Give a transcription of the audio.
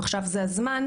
"עכשיו זה הזמן".